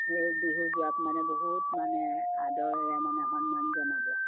সেই বিহু জোৰাক মানে বহুত মানে আদৰেৰে মানে সন্মান জনাব